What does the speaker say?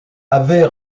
avait